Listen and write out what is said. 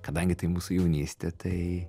kadangi tai mūsų jaunystė tai